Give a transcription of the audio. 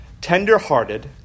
tender-hearted